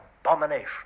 abomination